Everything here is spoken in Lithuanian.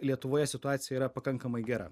lietuvoje situacija yra pakankamai gera